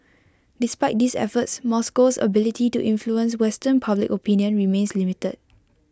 despite these efforts Moscow's ability to influence western public opinion remains limited